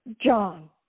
John